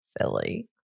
silly